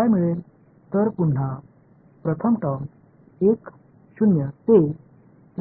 எனவே மீண்டும் முதல் வெளிப்பாடு 1 0 லிருந்து